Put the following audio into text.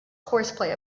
horseplay